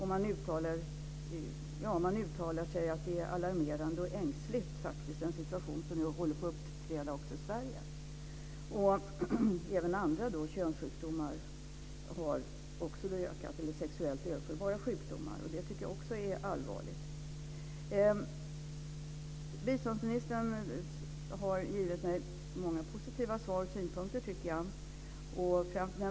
Man uttalar att den situation som nu håller på att uppstå också i Sverige är "alarmerande och ängslig". Även andra könssjukdomar och sexuellt överförbara sjukdomar har ökat, och det tycker jag också är allvarligt. Biståndsministern har givit mig många positiva svar och synpunkter.